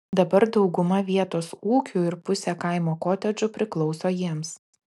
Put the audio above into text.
dabar dauguma vietos ūkių ir pusė kaimo kotedžų priklauso jiems